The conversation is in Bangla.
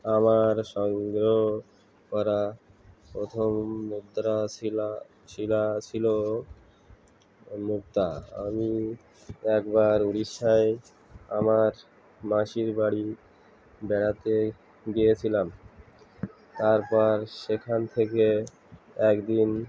আমার সংগ্রহ করা প্রথম মুদ্রা শিলা শিলা ছিল মুদ্রা আমি একবার উড়িষ্যায় আমার মাসির বাড়ি বেড়াতে গিয়েছিলাম তারপর সেখান থেকে একদিন